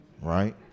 right